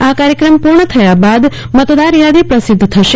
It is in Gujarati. આ કાર્થક્રમ પૂર્ણ થયા બાદ મતદાર યાદી પ્રસિદ્ધ થશે